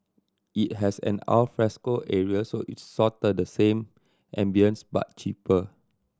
it has an alfresco area so it's sorta the same ambience but cheaper